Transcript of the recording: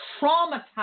traumatized